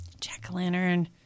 jack-o'-lantern